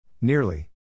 Nearly